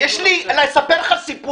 יש לי לספר לך סיפור.